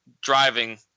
driving